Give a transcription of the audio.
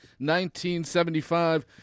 1975